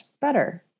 better